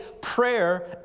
Prayer